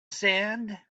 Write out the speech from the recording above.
sand